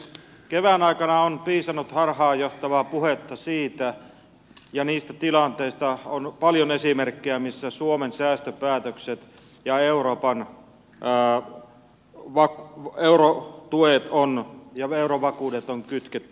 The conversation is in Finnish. kevään aikana on piisannut harhaanjohtavaa puhetta siitä ja niistä tilanteista on paljon esimerkkejä missä suomen säästöpäätökset ja euroopan pää oma euron tuet eurotuet ja eurovakuudet on kytketty yhteen